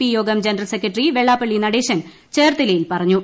P യോഗം general secretary Vellappally Natesan ചേർത്തലയിൽ പറഞ്ഞു